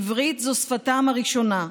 עברית זו שפתם הראשונה,